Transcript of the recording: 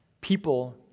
people